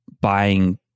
buying